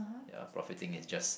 yeah profiting is just